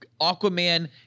Aquaman